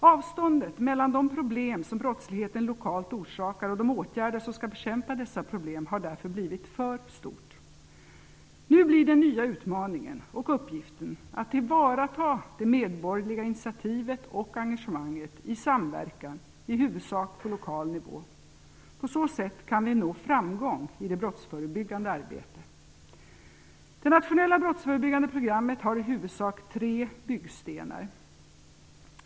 Avståndet mellan de problem som brottsligheten lokalt orsakar och de åtgärder som skall bekämpa dessa problem har därför blivit för stort. Nu blir den nya utmaningen och uppgiften att tillvarata det medborgerliga initiativet och engagemanget i samverkan i huvudsak på lokal nivå. På så sätt kan vi nå framgång i det brottsförebyggande arbetet. Det nationella brottsförebyggande programmet har i huvudsak tre byggstenar.